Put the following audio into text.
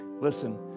Listen